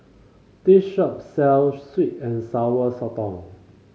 this shop sells sweet and Sour Sotong